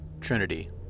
Trinity